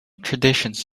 traditions